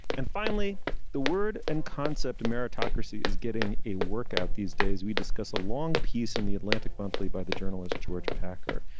and finally the word and concept meritocracy is getting a workout these days we discuss a long piece in the atlantic monthly by the journalist george packer.